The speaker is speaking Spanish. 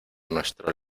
nuestro